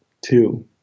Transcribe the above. Two